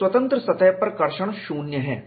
एक स्वतंत्र सतह पर कर्षण ट्रैक्शन शून्य है